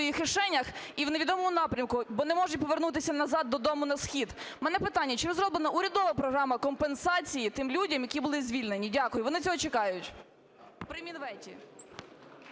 кишенях і в невідомому напрямку, бо не можуть повернутися назад додому на схід. У мене питання, чи розроблена урядова програма компенсації тим людям, які були звільнені? Дякую. Вони цього чекають.